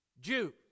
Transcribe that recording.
Jew